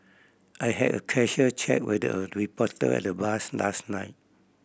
I had a casual chat with a reporter at the bars last night